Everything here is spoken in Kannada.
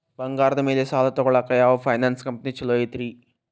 ಬಂಗಾರದ ಮ್ಯಾಲೆ ಸಾಲ ತಗೊಳಾಕ ಯಾವ್ ಫೈನಾನ್ಸ್ ಕಂಪನಿ ಛೊಲೊ ಐತ್ರಿ?